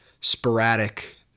sporadic